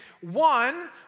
One